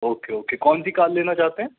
okay okay कौन सी car लेना चाहते हैं